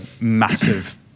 massive